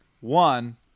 One